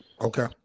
Okay